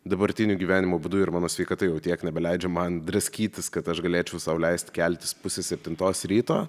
dabartiniu gyvenimo būdu ir mano sveikata jau tiek nebeleidžia man draskytis kad aš galėčiau sau leist keltis pusę septintos ryto